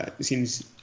seems –